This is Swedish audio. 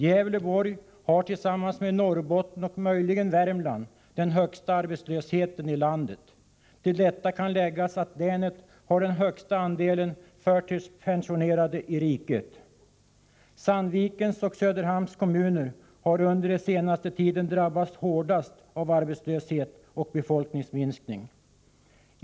Gävleborg har, tillsammans med Norrbotten och möjligen Värmland, den högsta arbetslösheten i landet. Till detta kan läggas att länet har den högsta andelen förtidspensionerade i riket. Sandvikens och Söderhamns kommuner har under senare tid drabbats hårdast av arbetslöshet och befolkningsminskning.